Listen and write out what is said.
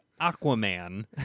Aquaman